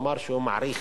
הוא אמר שהוא מעריך